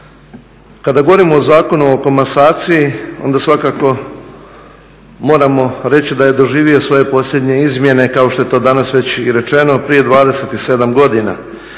kada govorimo o Zakonu o komasaciji onda svakako moramo reći da je doživio svoje posljednje izmjene, kao što je to danas već i rečeno prije 27 godina.